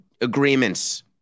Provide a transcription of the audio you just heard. agreements